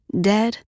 dead